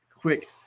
quick